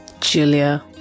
Julia